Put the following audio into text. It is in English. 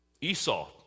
Esau